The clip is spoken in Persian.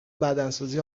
بدنسازی